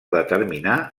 determinar